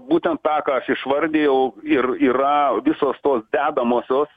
būtent tą ką aš išvardijau ir yra visos tos dedamosios